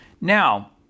Now